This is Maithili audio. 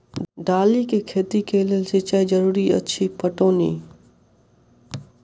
दालि केँ खेती केँ लेल सिंचाई जरूरी अछि पटौनी?